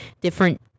different